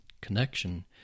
connection